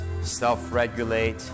self-regulate